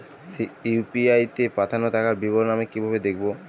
UPI তে পাঠানো টাকার বিবরণ আমি কিভাবে দেখবো?